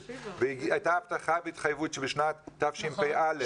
והייתה הבטחה והתחייבות שבשנת תש”פ -- נכון.